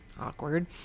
awkward